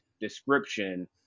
description